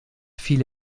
phil